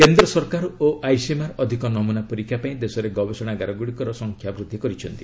କେନ୍ଦ୍ର ସରକାର ଓ ଆଇସିଏମ୍ଆର୍ ଅଧିକ ନମୁନା ପରୀକ୍ଷା ପାଇଁ ଦେଶରେ ଗବେଷଣାଗାରଗୁଡ଼ିକର ସଂଖ୍ୟା ବୂଦ୍ଧି କରିଛନ୍ତି